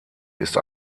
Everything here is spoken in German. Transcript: ist